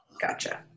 Gotcha